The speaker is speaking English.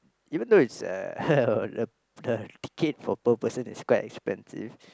even though it's uh the the ticket for per person is quite expensive